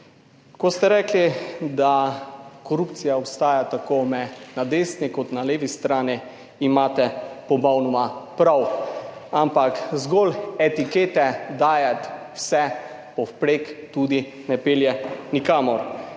Ko ste rekli, da korupcija obstaja tako na desni kot na levi strani, imate popolnoma prav, ampak zgolj etikete dajati vse povprek, tudi ne pelje nikamor,